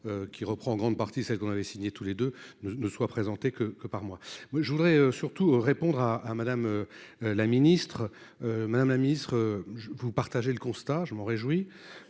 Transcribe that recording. qui reprend en grande partie, celle qu'on avait signé tous les deux ne ne soit présenté que que par mois. Moi je voudrais surtout répondre à, à Madame. La ministre. Madame la Ministre. Vous partagez le constat je m'en réjouis.